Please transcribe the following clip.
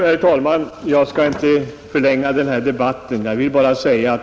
Herr talman! Jag skall inte förlänga debatten mycket.